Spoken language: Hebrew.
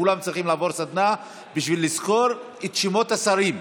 כולם צריכים לעבור סדנה בשביל לזכור את שמות השרים,